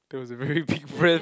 that was a very big breath